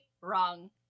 wrong